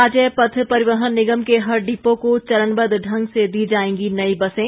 राज्य पथ परिवहन निगम के हर डिपो को चरणबद्व ढंग से दी जाएंगी नई बसें